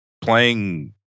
playing